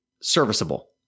serviceable